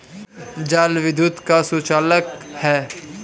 जल विद्युत का सुचालक है